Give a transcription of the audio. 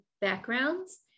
backgrounds